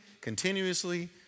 continuously